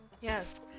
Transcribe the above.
Yes